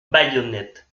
baïonnettes